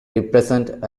represent